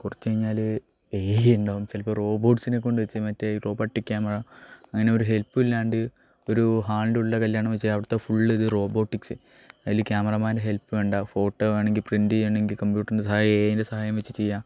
കുറച്ചു കഴിഞ്ഞാൽ A I ഉണ്ടാവും ചിലപ്പോൾ റോബോട്ട്സിനെ കൊണ്ട് വച്ചു മറ്റേ റോബോട്ടിക് ക്യാമറ അങ്ങനെ ഒരു ഹെൽപ്പുമില്ലാണ്ട് ഒരു ഹാളിൻ്റെ ഉള്ളിലെ കല്യാണം വച്ചാൽ അവിടുത്തെ ഫുളള് ഇത് റോബോട്ടിക്സ് അതിൽ ക്യാമറാമാൻ്റെ ഹെൽപ്പ് വേണ്ട ഫോട്ടോ വേണമെങ്കിൽ പ്രിൻറ് ചെയ്യണമെങ്കിൽ കമ്പ്യൂട്ടറിൻ്റെ സഹായം എഐൻ്റെ സഹായം വച്ചു ചെയ്യുക